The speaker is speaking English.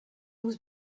was